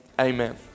amen